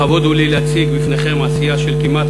לכבוד הוא לי להציג בפניכם עשייה של כמעט